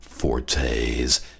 Fortes